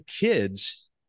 kids